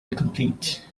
incomplete